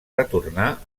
retornà